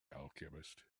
alchemist